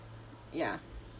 ya